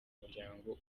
muryango